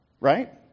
Right